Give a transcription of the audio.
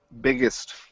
biggest